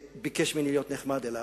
שביקש ממני להיות נחמד אליו,